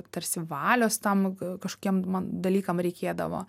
tarsi valios tam kažkokiem na dalykam reikėdavo